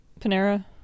Panera